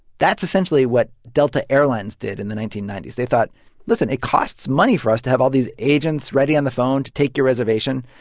that's essentially what delta airlines did in the nineteen ninety s. they thought listen, it costs money for us to have all these agents ready on the phone to take your reservation.